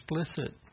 explicit